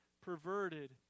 perverted